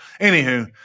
Anywho